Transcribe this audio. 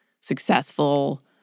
successful